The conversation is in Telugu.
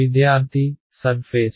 విద్యార్థి సర్ఫేస్